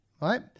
Right